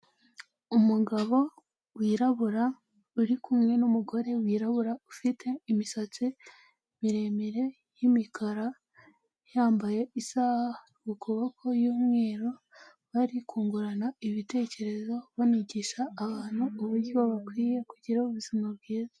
Umugabo wirabura uri kumwe n'umugore wirabura ufite imisatsi miremire y'imikara, yambaye isaha ku kuboko y'umweru bari kungurana ibitekerezo, banigisha abantu uburyo bakwiye kugira ubuzima bwiza.